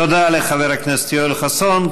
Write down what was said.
תודה לחבר הכנסת יואל חסון.